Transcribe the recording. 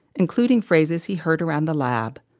including phrases he heard around the lab,